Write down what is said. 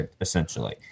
essentially